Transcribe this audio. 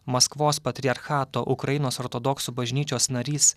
maskvos patriarchato ukrainos ortodoksų bažnyčios narys